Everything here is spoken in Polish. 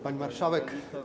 Pani Marszałek!